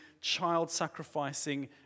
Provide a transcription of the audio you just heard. child-sacrificing